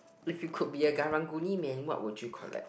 if you could be a Karang-Guni man what would you collect